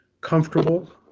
comfortable